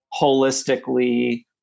holistically